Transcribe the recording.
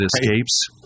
escapes